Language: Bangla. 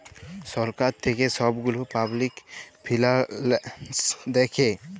ছরকার থ্যাইকে ছব গুলা পাবলিক ফিল্যাল্স দ্যাখে